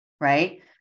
right